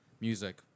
music